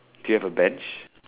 do you have a Bench